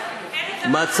ארץ זבת חלב וגז.